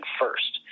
first